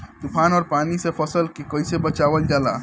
तुफान और पानी से फसल के कईसे बचावल जाला?